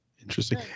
Interesting